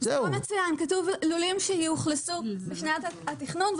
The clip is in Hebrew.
כתוב לולים שיאוכלסו בשנת התכנון,